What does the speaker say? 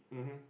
mmhmm